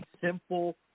simple